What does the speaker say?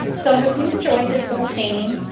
so i hope you enjoyed this little painting.